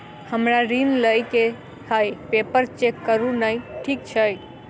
हमरा ऋण लई केँ हय पेपर चेक करू नै ठीक छई?